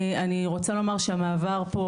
אני רוצה לומר שהמעבר פה,